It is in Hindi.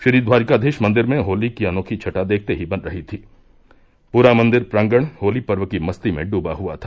श्रीद्वारिकाधीश मंदिर मे होली की अनोखी छटा देखते ही बन रही थी पूरा मंदिर प्रांगण होली पर्व की मस्ती मे डूबा हुआ था